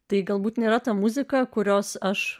tai galbūt nėra ta muzika kurios aš